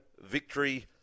victory